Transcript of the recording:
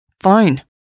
Fine